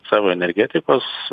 savo energetikos